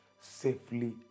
safely